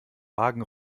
wagen